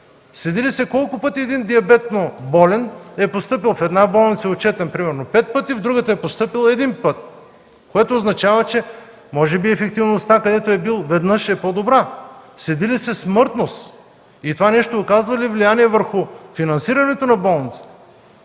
Следи ли се колко пъти диабетно болен е постъпвал в една болница и е отчетен, примерно пет пъти, в другата е постъпил един път. Това означава, че може би ефективността на болницата, където е бил веднъж, е по-добра. Следи ли се смъртност, това оказва ли влияние върху финансирането на болниците?